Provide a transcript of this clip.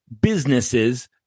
businesses